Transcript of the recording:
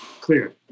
Clear